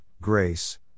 grace